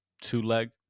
two-leg